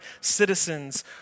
citizens